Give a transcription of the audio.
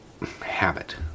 habit